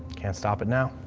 can't stop it now.